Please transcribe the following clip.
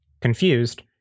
confused